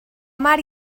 mar